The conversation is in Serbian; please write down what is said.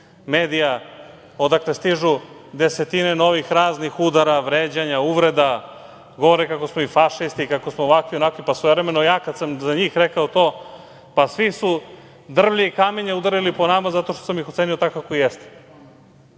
medija odakle stižu desetine novih raznih udara, vređanja, uvreda. Govore kako smo i fašisti, kako smo ovakvi, onakvi, pa svojevremeno kada sam za njih rekao to, svi su drvlje i kamenje udarili po nama zato što sam ih ocenio tako kako jeste. Šta